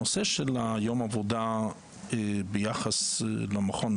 הנושא של יום עבודה ביחס למכון,